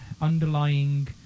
underlying